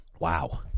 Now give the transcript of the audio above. Wow